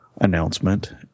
announcement